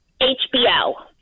HBO